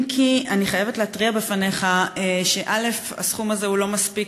אם כי אני חייבת להתריע בפניך שהסכום הזה הוא לא מספיק.